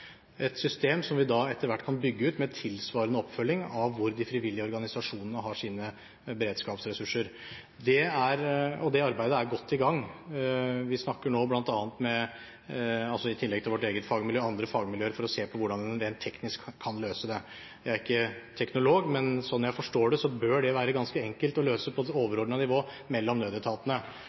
et system som vi etter hvert kan bygge ut med tilsvarende oppfølging av hvor de frivillige organisasjonene har sine beredskapsressurser. Det arbeidet er godt i gang. I tillegg til vårt eget fagmiljø snakker vi nå med andre fagmiljøer for å se på hvordan en rent teknisk kan løse det. Jeg er ikke teknolog, men slik jeg forstår det, bør det være ganske enkelt å løse på et overordnet nivå mellom nødetatene.